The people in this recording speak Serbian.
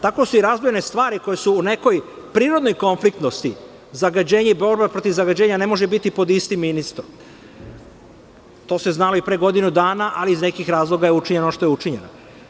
Tako su neke stvari koje su u nekoj prirodnoj konfliktnosti, zagađenje i borba protiv zagađenja ne može biti pod istim ministrom i to se znalo i pre godinu dana, ali iz nekih razloga je učinjeno ono što je učinjeno.